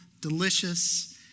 delicious